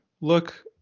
look